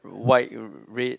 white red